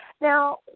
Now